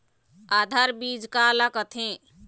आधार बीज का ला कथें?